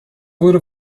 wurde